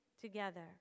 together